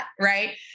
right